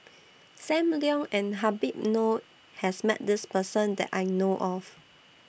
SAM Leong and Habib Noh has Met This Person that I know of